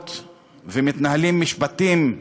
טענות ומתנהלים משפטים,